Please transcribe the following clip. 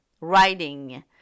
writing